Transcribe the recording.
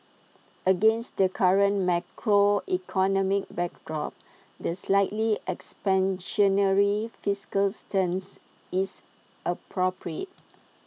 against the current macroeconomic backdrop the slightly expansionary fiscal stance is appropriate